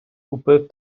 купив